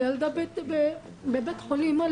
הילדה בבית חולים,